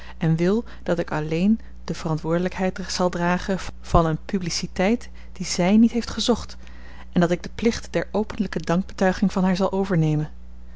en wil dat ik alleen de verantwoordelijkheid zal dragen van eene publiciteit die zij niet heeft gezocht en dat ik den plicht der openlijke dankbetuiging van haar zal overnemen